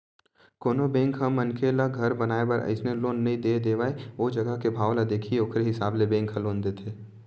कोनो बेंक ह मनखे ल घर बनाए बर अइसने लोन नइ दे देवय ओ जघा के भाव ल देखही ओखरे हिसाब ले बेंक ह लोन देथे